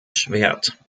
schwert